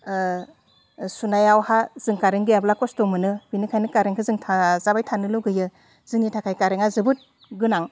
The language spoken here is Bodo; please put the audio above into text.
सुनायावहा जों कारेन्ट गैयाब्ला खस्थ' मोनो बिनिखायनो कारेन्टखो जों थाजाबाय थानो लुगैयो जोंनि थाखाय कारेन्टआ जोबोद गोनां